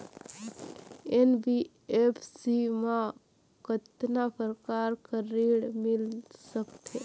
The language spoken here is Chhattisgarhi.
एन.बी.एफ.सी मा कतना प्रकार कर ऋण मिल सकथे?